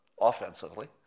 offensively